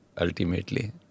ultimately